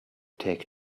take